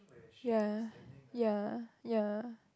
ya ya ya